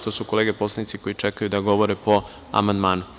To su kolege poslanici koji čekaju da govore po amandmanu. (Nataša Sp.